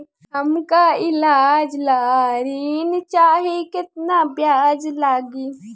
हमका ईलाज ला ऋण चाही केतना ब्याज लागी?